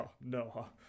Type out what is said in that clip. no